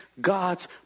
God's